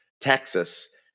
Texas